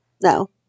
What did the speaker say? No